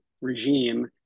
regime